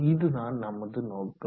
இதுதான் நமது நோக்கம்